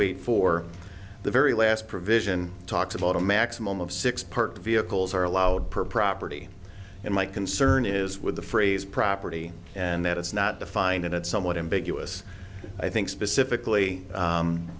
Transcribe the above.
eight for the very last provision talks about a maximum of six parked vehicles are allowed per property and my concern is with the phrase property and that it's not defined and it's somewhat ambiguous i think specifically